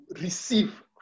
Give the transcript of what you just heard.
receive